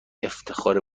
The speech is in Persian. افتخار